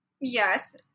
Yes